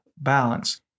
balance